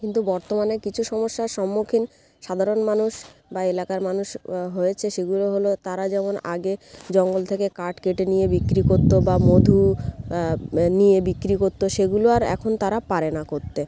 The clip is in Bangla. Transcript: কিন্তু বর্তমানে কিছু সমস্যার সম্মুখীন সাধারণ মানুষ বা এলাকার মানুষ হয়েছে সেগুলো হল তারা যেমন আগে জঙ্গল থেকে কাঠ কেটে নিয়ে বিক্রি করত বা মধু নিয়ে বিক্রি করত সেগুলো আর এখন তারা পারে না করতে